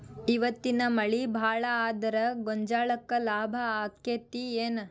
ಇವತ್ತಿನ ಮಳಿ ಭಾಳ ಆದರ ಗೊಂಜಾಳಕ್ಕ ಲಾಭ ಆಕ್ಕೆತಿ ಏನ್?